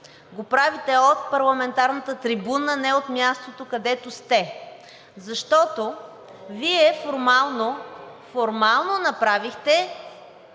го правите от парламентарната трибуна, не от мястото, където сте, защото Вие формално направихте